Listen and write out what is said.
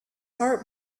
heart